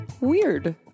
Weird